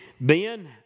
Ben